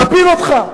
נפיל אותך.